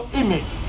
image